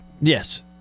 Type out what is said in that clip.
Yes